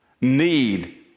need